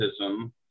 autism